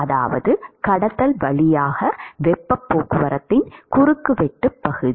அதாவது கடத்தல் வழியாக வெப்பப் போக்குவரத்தின் குறுக்கு வெட்டுப் பகுதி